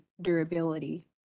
durability